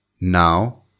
Now